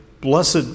Blessed